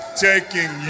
taking